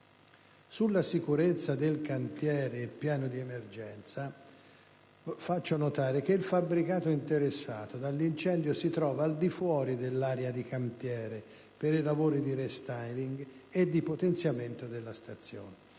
Sulla sicurezza del cantiere e il piano di emergenza, faccio notare che il fabbricato interessato dall'incendio si trova al di fuori dell'area di cantiere per i lavori di *restyling* e di potenziamento della stazione.